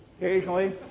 Occasionally